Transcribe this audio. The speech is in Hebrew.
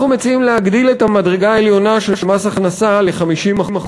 אנחנו מציעים להגדיל את המדרגה העליונה של מס הכנסה ל-50%,